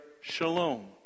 shalom